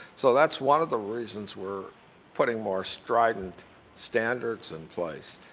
so that's one of the reasons we're putting more strident standards in place,